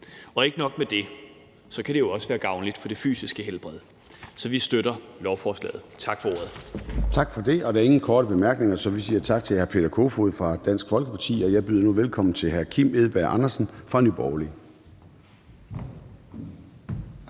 Og ikke nok med det, så kan det jo også være gavnligt for det fysiske helbred, så vi støtter lovforslaget. Tak for ordet. Kl. 14:01 Formanden (Søren Gade): Der er ingen korte bemærkninger, så vi siger tak til hr. Peter Kofod fra Dansk Folkeparti. Jeg byder nu velkommen til hr. Kim Edberg Andersen fra Nye Borgerlige.